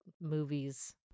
movies